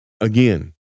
Again